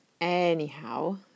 Anyhow